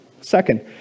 Second